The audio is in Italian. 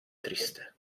triste